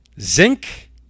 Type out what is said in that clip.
zinc